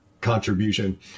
contribution